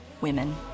women